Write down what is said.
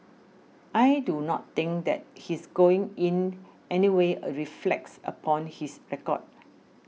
I do not think that his going in anyway a reflects upon his record